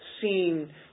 seen